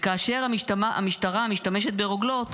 וכאשר המשטרה משתמשת ברוגלות